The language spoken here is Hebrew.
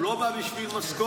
הוא לא בא בשביל משכורת.